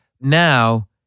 Now